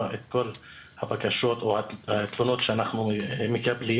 את כל הבקשות או התלונות שאנחנו מקבלים.